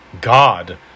God